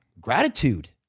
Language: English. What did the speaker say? gratitude